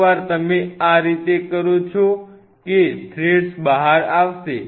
એકવાર તમે આ રીતે કરો છો કે થ્રેડ્સ બહાર આવશે